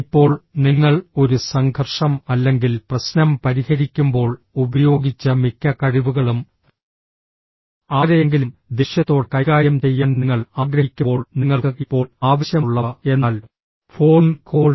ഇപ്പോൾ നിങ്ങൾ ഒരു സംഘർഷം അല്ലെങ്കിൽ പ്രശ്നം പരിഹരിക്കുമ്പോൾ ഉപയോഗിച്ച മിക്ക കഴിവുകളും ആരെയെങ്കിലും ദേഷ്യത്തോടെ കൈകാര്യം ചെയ്യാൻ നിങ്ങൾ ആഗ്രഹിക്കുമ്പോൾ നിങ്ങൾക്ക് ഇപ്പോൾ ആവശ്യമുള്ളവ എന്നാൽ ഫോൺ കോൾ